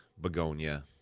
begonia